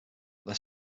their